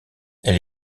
elle